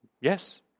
Yes